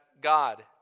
God